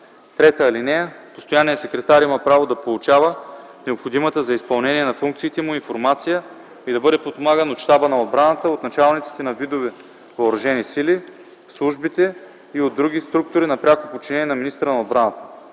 отбраната. (3) Постоянният секретар има право да получава необходимата за изпълнение на функциите му информация и да бъде подпомаган от Щаба на отбраната, от началниците на видове въоръжени сили, службите и от другите структури на пряко подчинение на министъра на отбраната.”